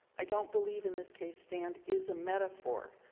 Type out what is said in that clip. i don't believe in this case stand is a metaphor.